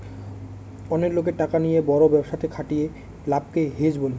অনেক লোকের টাকা নিয়ে বড় ব্যবসাতে খাটিয়ে লাভকে হেজ বলে